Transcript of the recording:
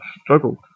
struggled